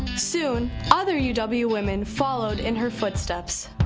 soon other uw ah but uw women followed in her footsteps.